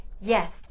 Yes